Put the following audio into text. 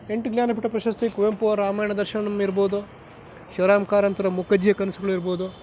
ಎಂಟು ಜ್ಞಾನಪೀಠ ಪ್ರಶಸ್ತಿ ಕುವೆಂಪು ಅವರ ರಾಮಾಯಣ ದರ್ಶನಂ ಇರ್ಬೋದು ಶಿವರಾಮ ಕಾರಂತರ ಮೂಕಜ್ಜಿಯ ಕನಸುಗಳಿರ್ಬೋದು